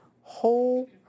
whole